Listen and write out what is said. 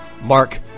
Mark